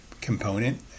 component